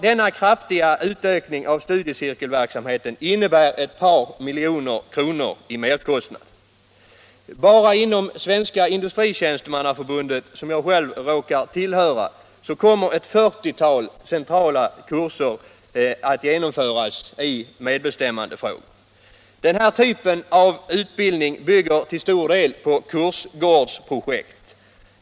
Denna kraftiga utökning av studiecirkelverksamheten innebär ett par miljoner kronor i merkostnad. Bara inom Svenska industritjänstemannaförbundet, som jag själv råkar tillhöra, kommer ett 40-tal centrala kurser att genomföras i medbestämmandefrågor. Den här typen av utbildning bygger till stor del på kursgårdsprojekt.